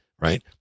right